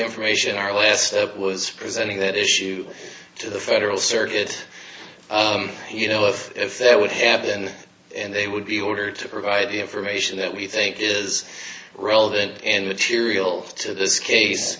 information our last step was presenting that issue to the federal circuit you know if that would happen and they would be ordered to provide the information that we think is relevant and material to this case